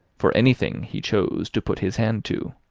for anything he chose to put his hand to.